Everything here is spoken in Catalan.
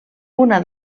una